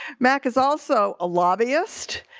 mac is also a lobbyist.